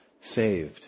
saved